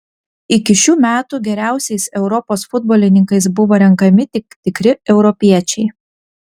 iki šių metų geriausiais europos futbolininkais buvo renkami tik tikri europiečiai